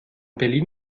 berlin